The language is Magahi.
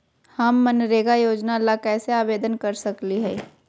हम मनरेगा योजना ला कैसे आवेदन कर सकली हई?